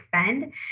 spend